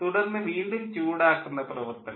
തുടർന്ന് വീണ്ടും ചൂടാക്കുന്ന പ്രവർത്തനം